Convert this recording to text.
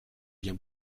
bien